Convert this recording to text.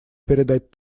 передать